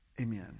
Amen